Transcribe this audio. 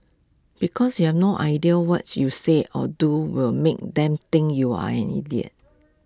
because you have no idea what you say or do will make them think you're an idiot